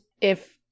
if-